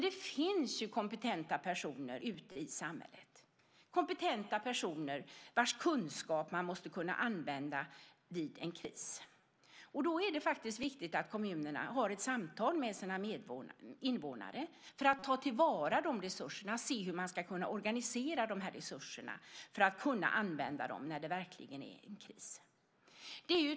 Det finns kompetenta personer ute i samhället, personer vilkas kunskap man måste kunna använda vid en kris. Då är det viktigt att kommunerna för samtal med sina invånare just för att kunna ta till vara de resurserna, se hur de kan organiseras för att kunna användas vid en verklig kris.